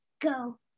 go